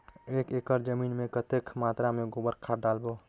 एक एकड़ जमीन मे कतेक मात्रा मे गोबर खाद डालबो?